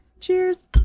Cheers